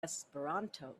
esperanto